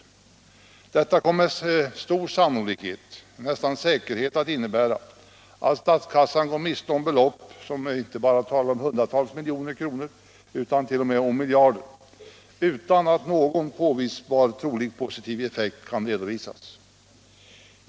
Detta kommer med stor sannolikhet, nästan med säkerhet, att innebära att statskassan går miste om belopp på inte bara hundratals miljoner utan t.o.m. miljarder kronor, utan att någon påvisbar trolig positiv effekt kan redovisas.